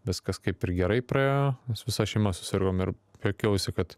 viskas kaip ir gerai praėjo visa šeima susirgom ir juokiausi kad